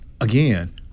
again